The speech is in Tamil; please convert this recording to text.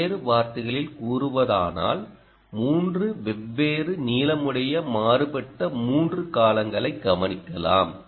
வேறு வார்த்தைகளில் கூறுவதானால் 3 வெவ்வேறு நீளமுடைய மாறுபட்ட 3 காலங்களை கவனிக்கலாம்